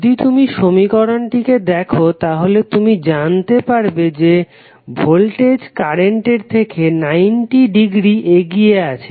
যদি তুমি সমীকরণটিকে দেখো তাহলে তুমি জানতে পারবে যে ভোল্টেজ কারেন্টের থেকে 90 ডিগ্রী এগিয়ে আছে